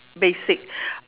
basic uh